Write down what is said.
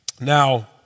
Now